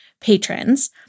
patrons